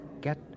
get